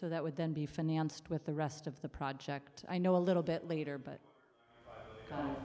so that would then be financed with the rest of the project i know a little bit later but